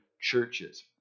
churches